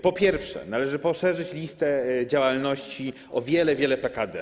Po pierwsze, należy poszerzyć listę działalności o wiele, wiele PKD.